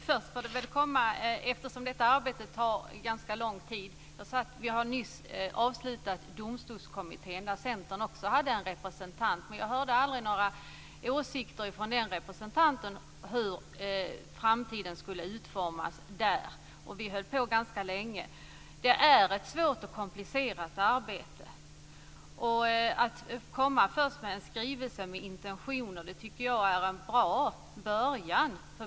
Herr talman! Detta arbete tar ganska lång tid. Vi har nyss avslutat arbetet i Domstolskommittén, där Centern också hade en representant, men jag hörde aldrig några åsikter från den representanten om hur framtiden på det området skulle utformas, och vi höll på ganska länge. Det är ett svårt och komplicerat arbete. Att först komma med en skrivelse med intentioner tycker jag är en bra början.